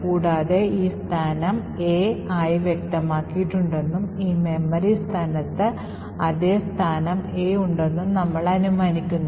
കൂടാതെ ഈ സ്ഥാനം A ആയി വ്യക്തമാക്കിയിട്ടുണ്ടെന്നും ഈ മെമ്മറി സ്ഥാനത്ത് അതേ സ്ഥാനം A ഉണ്ടെന്നും നമ്മൾ അനുമാനിക്കുന്നു